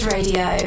Radio